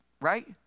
right